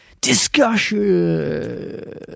discussion